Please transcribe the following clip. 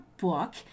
book